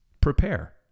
Prepare